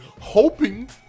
hoping